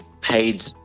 paid